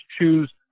choose